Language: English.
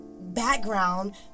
background